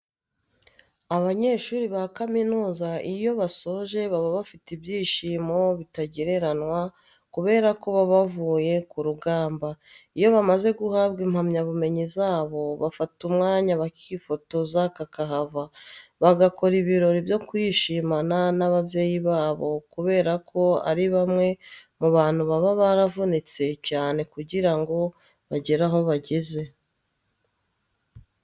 Abanyeshuri ba kaminuza iyo basoje baba bafite ibyishimo bitagereranwa kubera ko baba bavuye ku rugamba. Iyo bamaze guhabwa impamyabumenyi zabo bafata umwanya bakifotoza kakahava, bagakora ibirori byo kwishimana n'ababyeyi babo kubera ko ari bamwe mu bantu baba baravunitse cyane kugira ngo bagere aho bageze.